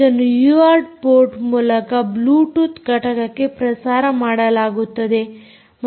ಇದನ್ನು UART port ಮೂಲಕ Bluetooth ಘಟಕಕ್ಕೆ ಪ್ರಸಾರ ಮಾಡಲಾಗುತ್ತದೆ